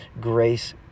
grace